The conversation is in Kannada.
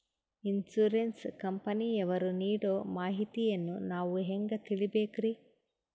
ಇನ್ಸೂರೆನ್ಸ್ ಕಂಪನಿಯವರು ನೀಡೋ ಮಾಹಿತಿಯನ್ನು ನಾವು ಹೆಂಗಾ ತಿಳಿಬೇಕ್ರಿ?